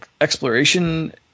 exploration